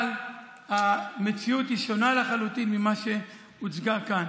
אבל המציאות שונה לחלוטין ממה שהוצג כאן.